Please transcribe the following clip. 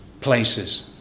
places